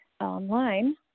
online